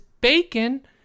bacon